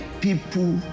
people